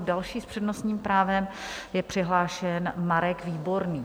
Další s přednostním právem je přihlášen Marek Výborný.